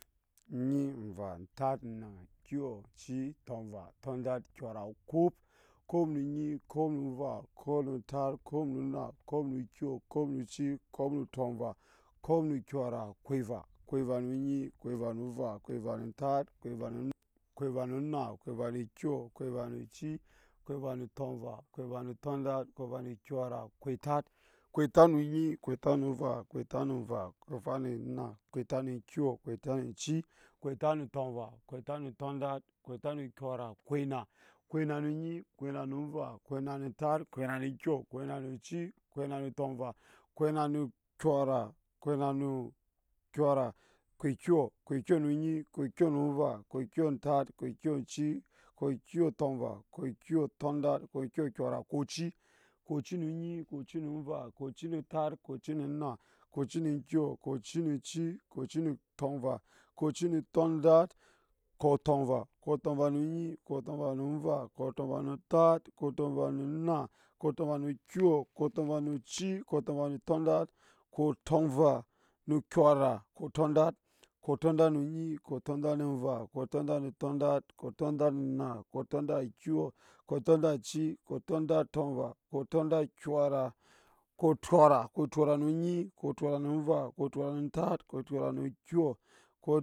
Enyi enva entat onna kyɔ oci tomva tondat kyora kop kop nu onyiokopnu nva, kop nu taat, kopnu kyora, kp eva kop eva, nu onyi, kop eva nu nva, kop eva nu oci, kop evanu tonva, kop eva nu tɔndat, kop eva nu kyora, kop etat, kop etat nu onyi, ekop etat nu enva, kp etat nu enva, kop etat nna, kop etat nu tɔmva, kop etat tondalt, kop etat nu kyora, kop enna kop enna nu onyi kop enna nu kyo kop ena nu oci kop enna nu tomvaa, kop enna nu kyora